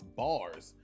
bars